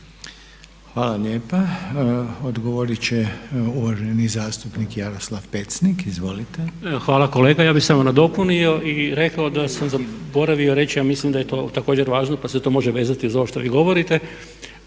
Jaroslav (Hrvatski laburisti - Stranka rada)** Evo hvala kolega. Ja bih samo nadopunio i rekao da sam zaboravio reći ja mislim da je to također važno pa se to može vezati za ovo što vi govorite,